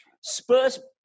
Spurs